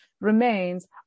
remains